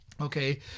Okay